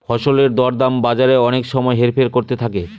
ফসলের দর দাম বাজারে অনেক সময় হেরফের করতে থাকে